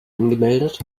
angemeldet